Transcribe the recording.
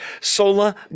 sola